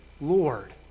Lord